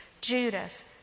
Judas